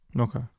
okay